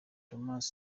thomas